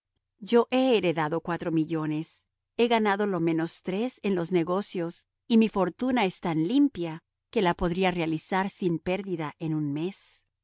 yo he heredado cuatro millones he ganado lo menos tres en los negocios y mi fortuna es tan limpia que la podría realizar sin pérdida en un mes